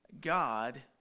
God